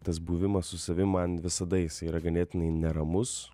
tas buvimas su savim man visada yra ganėtinai neramus